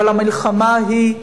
אבל המלחמה ההיא,